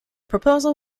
proposal